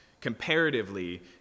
comparatively